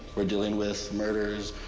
we're dealing with murderers,